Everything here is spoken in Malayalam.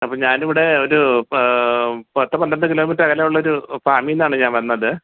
അപ്പോൾ ഞാനിവിടെ ഒരു പത്ത് പന്ത്രണ്ട് കിലോമീറ്റർ അകലെയുള്ളൊരു ഫാമീന്നാണ് ഞാൻ വരണത്